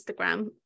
Instagram